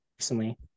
recently